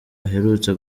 aherutse